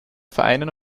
vereinen